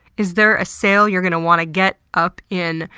is there a sale you're going to want to get up in!